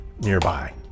nearby